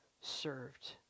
served